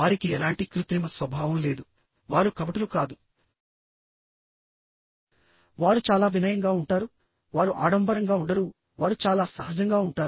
వారికి ఎలాంటి కృత్రిమ స్వభావం లేదు వారు కపటులు కాదు వారు చాలా వినయంగా ఉంటారు వారు ఆడంబరంగా ఉండరు వారు చాలా సహజంగా ఉంటారు